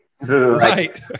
Right